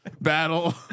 battle